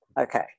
Okay